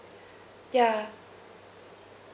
ya